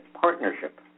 Partnership